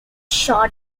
shot